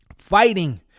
fighting